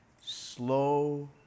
slow